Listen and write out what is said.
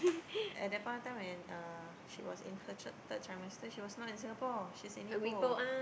and that point of time when uh she was in her third third trimester she was not in Singapore she's in Ipoh